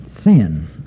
sin